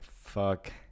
fuck